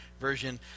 Version